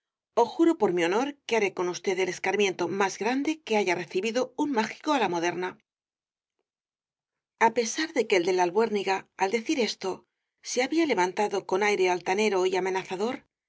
ó juro por mi honor que haré con usted el escarmiento más grande que haya recibido un mágico á la moderna a pesar de que el de la albuérniga al decir esto se había levantado con aire altanero y amenazador